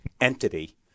entity